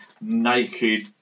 naked